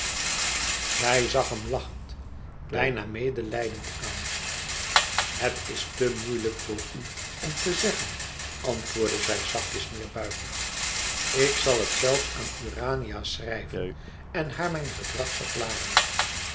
zij zag hem lachende bijna medelijdend aan het is te moeilijk voor u om te zeggen antwoordde zij zachtjes neêrbuigend ik zal het zelf aan urania schrijven en haar mijn gedrag verklaren